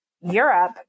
Europe